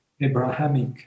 Abrahamic